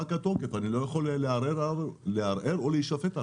פג התוקף, אני לא יכול לערער או להישפט עליו.